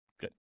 Good